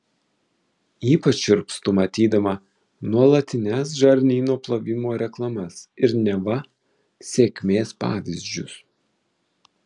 ypač šiurpstu matydama nuolatines žarnyno plovimo reklamas ir neva sėkmės pavyzdžius